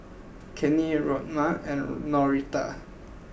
Cannie Rhona and Norita